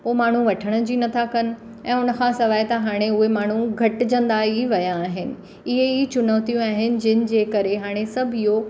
पोइ माण्हू वठण जी नथा कनि ऐं हुन खां सवाइ तव्हां हाणे उहे माण्हू घटिजंदा ई विया आहिनि इहे ई चुनौतियूं आहिनि जंहिंजे करे हाणे सभु इहो